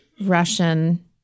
Russian